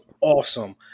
awesome